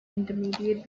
intermediate